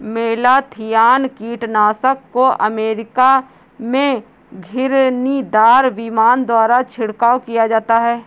malathion कीटनाशक को America में घिरनीदार विमान द्वारा छिड़काव किया जाता है